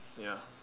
ya